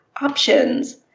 options